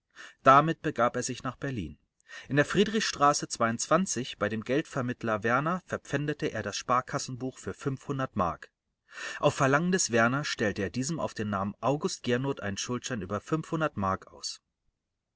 damit begab er sich nach berlin in der friedrichstraße bei dem geldvermittler werner verpfändete er das sparkassenbuch für mark auf verlangen des werner stellte er diesem auf den namen august giernoth einen schuldschein über mark aus